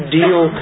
deal